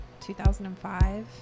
2005